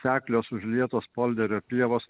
seklios užlietos polderio pievos